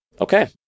Okay